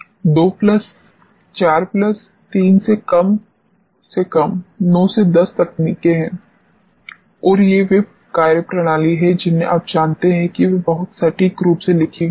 2 plus 4 plus 3 कम से कम 9 से 10 तकनीकें हैं और ये वे कार्यप्रणाली हैं जिन्हें आप जानते हैं कि वे बहुत सटीक रूप से लिखी गई हैं